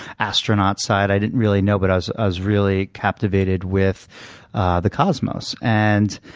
astronaut side, i didn't really know. but i was ah was really captivated with the cosmos. and